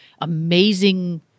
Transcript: amazing